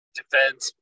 defense